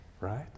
right